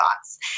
thoughts